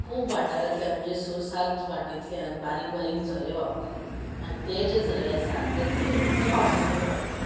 खूब वाठारांतल्यान म्हणजे स सात वाटेतल्यान बारीक बारीक झरे व्हांवताले आन ते जे झरे आसा ते झरे फक्त पावसांतल्यान व्हांवताले